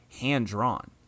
hand-drawn